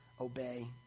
obey